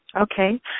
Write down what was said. Okay